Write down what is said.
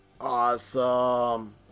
Awesome